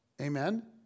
Amen